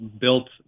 built